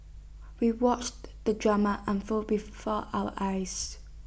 we watched the drama unfold before our eyes